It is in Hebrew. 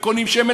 וקונים שמן,